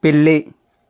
పిల్లి